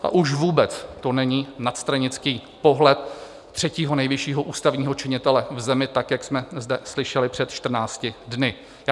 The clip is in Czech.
A už vůbec to není nadstranický pohled třetího nejvyššího ústavního činitele v zemi, tak jak jsme zde slyšeli před čtrnácti dny.